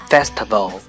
Festival